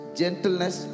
gentleness